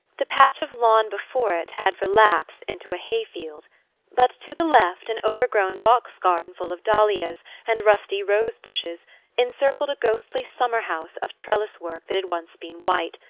the patch of lawn before it had relapsed into a hay-field but to the left an overgrown box-garden full of dahlias and rusty rose-bushes encircled a ghostly summer-house of trellis-work that had once been white,